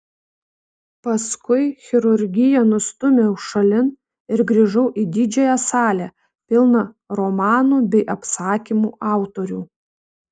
paskui chirurgiją nustūmiau šalin ir grįžau į didžiąją salę pilną romanų bei apsakymų autorių